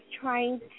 trying